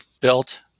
built